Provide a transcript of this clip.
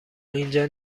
اینجا